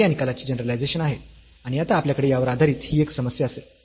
तर हे या निकालाचे जनरलायझेशन आहे आणि आता आपल्याकडे यावर आधारित ही एक समस्या असेल